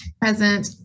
Present